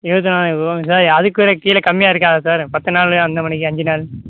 இருவத்தி சார் அதுக்குக் கூட கீழே கம்மியாக இருக்காதா சார் பத்து நாள் அந்த மேனிக்கு அஞ்சு நாள்